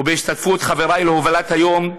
ובהשתתפות חברי להובלת היום: